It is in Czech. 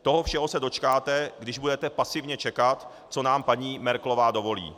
Toho všeho se dočkáte, když budete pasivně čekat, co nám paní Merkelová dovolí.